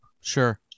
Sure